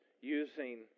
using